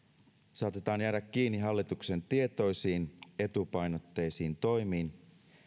saatetaan jäädä kiinni hallituksen tietoisiin etupainotteisiin toimiin